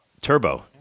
Turbo